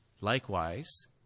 Likewise